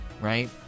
right